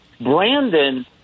Brandon